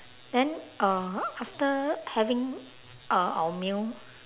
then uh after having uh our meal